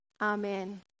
Amen